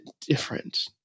different